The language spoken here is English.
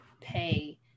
pay